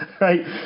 right